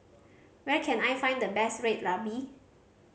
where can I find the best Red Ruby